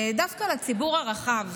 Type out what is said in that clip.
דווקא לציבור הרחב,